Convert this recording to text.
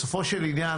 בסופו של עניין,